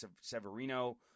Severino